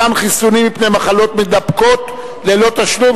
מתן חיסונים מפני מחלות מידבקות ללא תשלום),